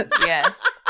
Yes